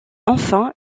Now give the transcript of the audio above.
enfin